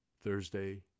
Thursday